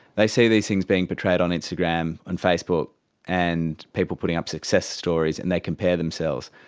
they see these things being portrayed on instagram and facebook and people putting up success stories and they compare themselves.